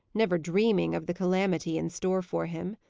never dreaming of the calamity in store for him.